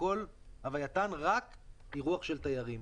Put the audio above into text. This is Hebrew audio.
שכל הווייתן רק אירוח של תיירים.